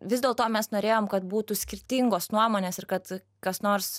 vis dėlto mes norėjom kad būtų skirtingos nuomonės ir kad kas nors